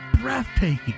breathtaking